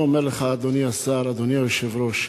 אני אומר לכם, אדוני השר, אדוני היושב-ראש,